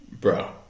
Bro